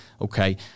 Okay